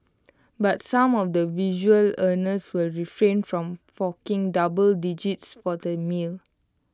but some of the visual earners will refrain from forking double digits for the meal